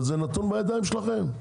אבל זה נתון בידיים שלכם.